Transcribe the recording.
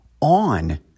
on